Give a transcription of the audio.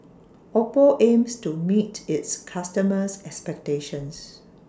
Oppo aims to meet its customers' expectations